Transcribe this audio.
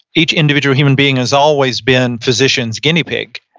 each individual human being has always been physicians guinea pig.